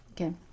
Okay